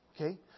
Okay